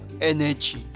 energy